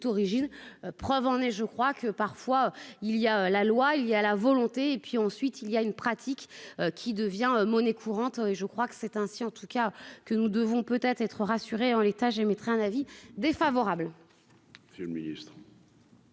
origines, preuve en est, je crois que parfois il y a la loi il y a la volonté et puis ensuite il y a une pratique qui devient monnaie courante, et je crois que c'est ainsi en tout cas que nous devons peut être rassurés en l'état, j'émettrai un avis défavorable.